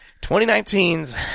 2019's